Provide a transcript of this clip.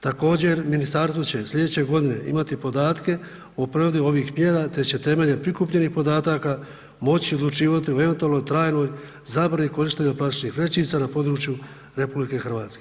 Također, ministarstvo će sljedeće godine imati podatke o provedbi ovih mjera te će temeljem prikupljenih podataka moći odlučivati o eventualno trajnoj zabrani korištenja plastičnih vrećica na području RH.